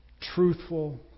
truthful